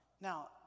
Now